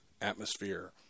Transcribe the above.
atmosphere